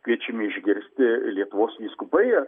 kviečiame išgirsti lietuvos vyskupai